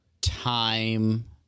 time